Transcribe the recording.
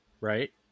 Right